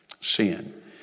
Sin